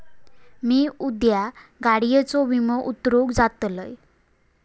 मी उद्या गाडीयेचो विमो उतरवूक जातलंय